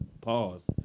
Pause